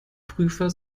prüfer